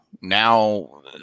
now